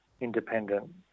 independent